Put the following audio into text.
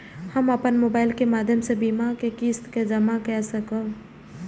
हम अपन मोबाइल के माध्यम से बीमा के किस्त के जमा कै सकब?